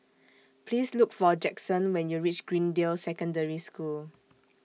Please Look For Jaxson when YOU REACH Greendale Secondary School